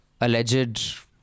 alleged